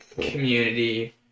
community